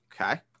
Okay